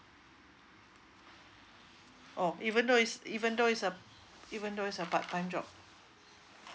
oh even though it's even though it's a even though it's a part time job